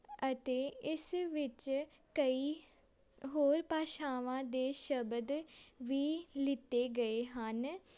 ਅਤੇ ਇਸ ਵਿੱਚ ਕਈ ਹੋਰ ਭਾਸ਼ਾਵਾਂ ਦੇ ਸ਼ਬਦ ਵੀ ਲਿੱਤੇ ਗਏ ਹਨ